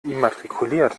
immatrikuliert